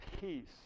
peace